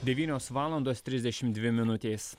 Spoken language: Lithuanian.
devynios valandos trisdešim dvi minutės